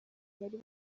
bari